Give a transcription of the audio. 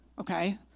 Okay